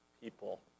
people